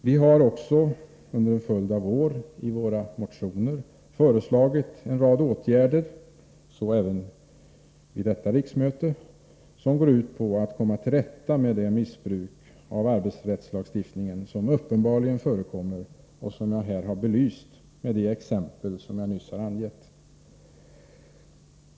Vi har också under en följd av år i våra motioner föreslagit en rad åtgärder — så även vid detta riksmöte — som går ut på att man skall komma till rätta med det missbruk av arbetsrättslagstiftningen som uppenbarligen förekommer och som jag här har belyst i de exempel som jag nyss har angivit.